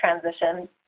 transition